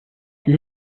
die